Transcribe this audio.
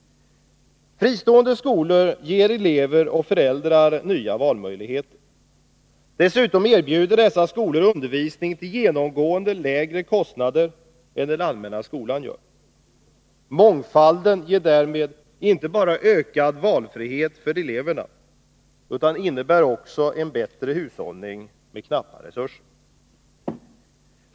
Fristående skolor ger elever och föräldrar nya valmöjligheter. Dessutom erbjuder dessa skolor undervisning till genomgående lägre kostnader än den allmänna skolan. Mångfalden ger därmed inte bara ökad valfrihet för eleverna utan innebär också en bättre hushållning med knappa resurser.